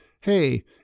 hey